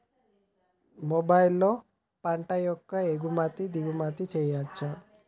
మొబైల్లో పంట యొక్క ఎగుమతి దిగుమతి చెయ్యచ్చా?